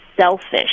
selfish